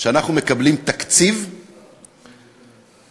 שאנחנו מקבלים תקציב שעתיים,